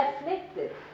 afflicted